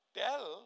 tell